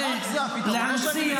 רק זה הפתרון.